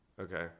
okay